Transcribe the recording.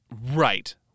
right